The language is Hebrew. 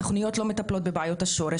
התוכניות לא מטפלות בבעיות השורש.